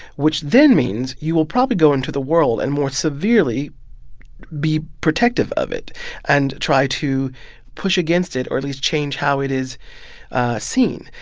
which then means you will probably go into the world and more severely be protective of it and try to push against it or, at least, change how it is seen.